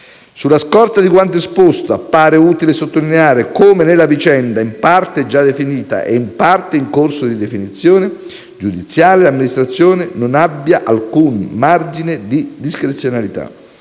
Sulla scorta di quanto esposto, appare utile sottolineare come nella vicenda, in parte già definita e in parte in corso di definizione giudiziale, l'amministrazione non abbia alcun margine di discrezionalità.